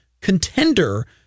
contender